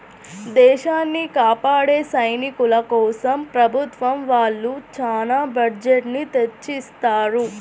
దేశాన్ని కాపాడే సైనికుల కోసం ప్రభుత్వం వాళ్ళు చానా బడ్జెట్ ని తెచ్చిత్తారు